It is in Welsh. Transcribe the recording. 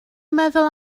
meddwl